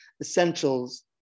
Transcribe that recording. essentials